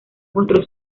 mostró